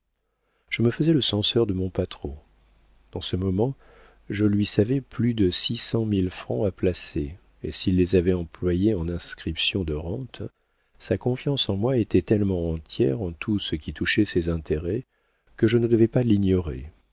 je me faisais le censeur de mon patron dans ce moment je lui savais plus de six cent mille francs à placer et s'il les avait employés en inscriptions de rentes sa confiance en moi était tellement entière en tout ce qui touchait ses intérêts que je ne devais pas l'ignorer